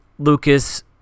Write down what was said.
Lucas